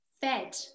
fed